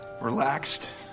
relaxed